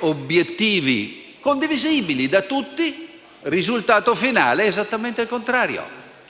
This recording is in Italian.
obiettivi condivisibili da tutti, il risultato finale è esattamente il contrario.